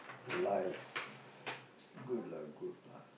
life is good lah good lah